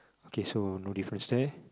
okay so no difference there